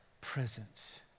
presence